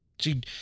See